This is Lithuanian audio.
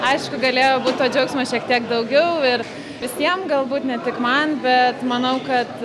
aišku galėjo būt to džiaugsmas šiek tiek daugiau ir visiem galbūt ne tik man bet manau kad